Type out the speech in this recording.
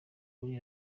kuri